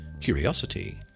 curiosity